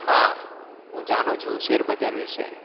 હા હું જાણું છું શેર બજાર વિષે